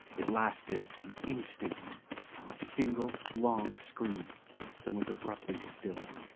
it lasted an instant a single long scream then was abruptly stilled.